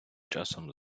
часом